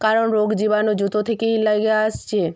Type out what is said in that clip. কারণ রোগ জীবাণু জুতো থেকেই লেগে আসছে